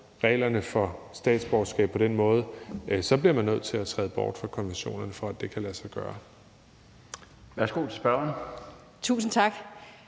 reglerne for statsborgerskab på den måde, så bliver man nødt til at træde ud af konventionerne, for at det kan lade sig gøre. Kl. 16:01 Den fg.